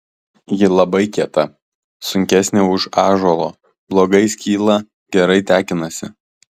ji labai kieta sunkesnė už ąžuolo blogai skyla gerai tekinasi